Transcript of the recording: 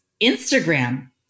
Instagram